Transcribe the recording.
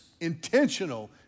intentional